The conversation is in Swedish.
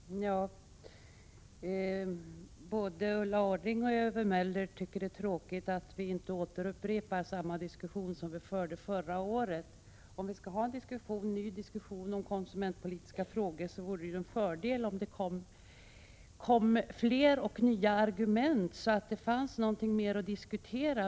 Herr talman! Både Ulla Orring och Ewy Möller tycker det är tråkigt att vi inte upprepar den diskussion som vi förde förra året. Om vi skall ha en ny diskussion om konsumentpolitiska frågor, vore det en fördel om det kom fler och nya argument så att det fanns något mer att diskutera.